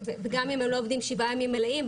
וגם אם הם לא עובדים שבעה ימים מלאים,